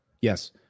Yes